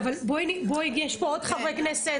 אבל יואב, מיגור --- יש פה עוד חברי כנסת.